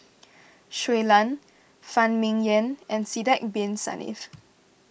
Shui Lan Phan Ming Yen and Sidek Bin Saniff